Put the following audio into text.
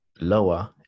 lower